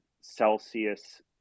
Celsius